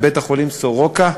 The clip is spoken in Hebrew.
בבית-החולים סורוקה,